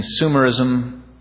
consumerism